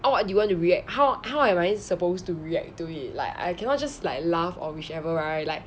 what do you want to react how how am I supposed to react to it like I cannot just like laugh or whichever right like